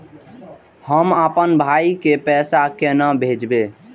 हम आपन भाई के पैसा केना भेजबे?